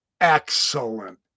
excellent